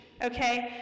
Okay